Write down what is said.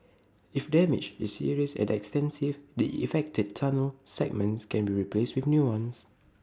if damage is serious and extensive the affected tunnel segments can be replaced with new ones